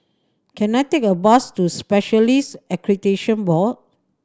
can I take a bus to Specialists Accreditation Board